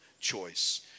choice